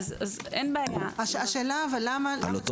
זאת אומרת ככל שעוזר הרופא פועל ללא הרשאה או בשונה